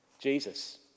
Jesus